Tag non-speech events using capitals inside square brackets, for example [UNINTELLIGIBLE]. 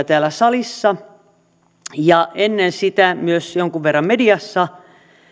[UNINTELLIGIBLE] täällä salissa ja ennen sitä myös jonkun verran mediassa